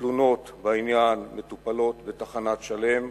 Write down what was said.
התלונות בעניין מטופלות בתחנת שלם.